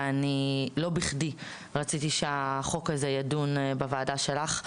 ולא בכדי רציתי שהחוק הזה ידון בוועדה שלך.